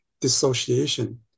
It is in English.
dissociation